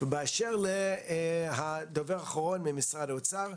9. ובאשר לדובר האחרון ממשרד האוצר,